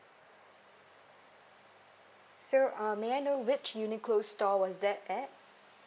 so uh may I know which uniqlo store was that at